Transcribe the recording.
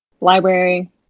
Library